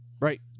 Right